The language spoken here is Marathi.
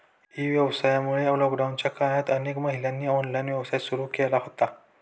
ई व्यवसायामुळे लॉकडाऊनच्या काळात अनेक महिलांनी ऑनलाइन व्यवसाय सुरू केला होता